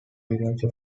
village